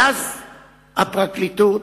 ואז הפרקליטות,